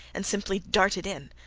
and simply darted in.